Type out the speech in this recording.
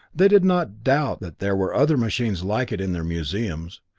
they did not doubt that there were other machines like it in their museums,